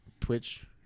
Twitch